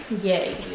yay